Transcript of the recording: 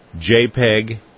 JPEG